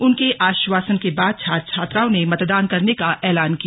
उनके आश्वासन के बाद छात्र छात्राओं ने मतदान करने का ऐलान किया